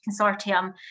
Consortium